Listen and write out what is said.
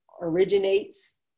originates